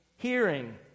hearing